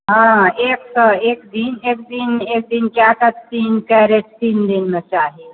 हँ एक सओ एक दिन एक दिन एक दिन कऽ कऽ तीन कैरेट तीन दिनमे चाही